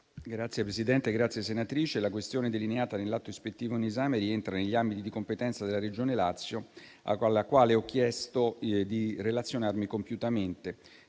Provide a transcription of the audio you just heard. *ministro della salute*. La questione delineata nell'atto ispettivo in esame rientra negli ambiti di competenza della Regione Lazio, alla quale ho chiesto di relazionarmi compiutamente.